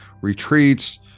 retreats